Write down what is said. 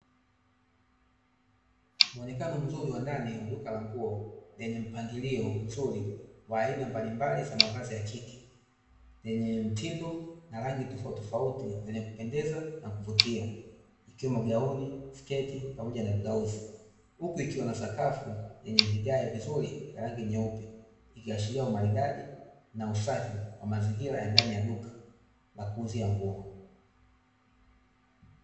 Muonekano mzuri wa ndani wa duka la nguo lenye mpangilio mzuri wa aina mbalimbali za mavazi ya kike yenye mtindo na rangi tofautitofauti zenye kupendeza na kuvutia, ikiwemo: gauni, sketi, pamoja na blauzi. Huku ikiwa na sakafu yenye vigae vizuri vya rangi nyeupe, ikiashiria umaridadi na usafi wa mazingira ya ndani ya duka la kuuzia nguo.